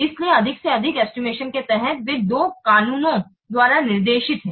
इसलिए अधिक से अधिक एस्टिमेशन के तहत वे दो कानूनों द्वारा निर्देशित हैं